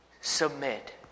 Submit